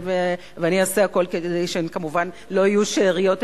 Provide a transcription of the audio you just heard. ואני אעשה הכול כדי שהן כמובן לא יהיו שאריות,